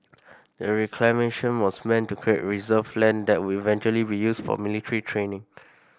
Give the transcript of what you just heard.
the reclamation was meant to create reserve land that would eventually be used for military training